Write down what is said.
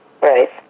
Right